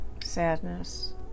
sadness